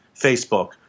Facebook